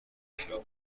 شیوع